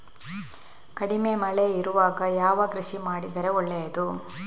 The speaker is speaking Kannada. ಕಡಿಮೆ ಮಳೆ ಇರುವಾಗ ಯಾವ ಕೃಷಿ ಮಾಡಿದರೆ ಒಳ್ಳೆಯದು?